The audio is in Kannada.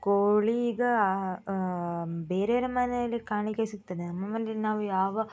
ಕೋಳಿ ಈಗ ಬೇರೆಯರ ಮನೆಯಲ್ಲಿ ಕಾಣಲಿಕ್ಕೆ ಸಿಗ್ತದೆ ನಮ್ಮ ಮನೆಯಲ್ಲಿ ನಾವು ಯಾವ